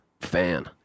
fan